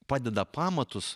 padeda pamatus